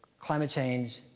climate change,